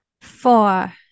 Four